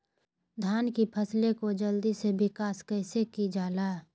धान की फसलें को जल्दी से विकास कैसी कि जाला?